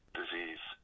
disease